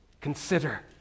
consider